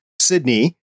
Sydney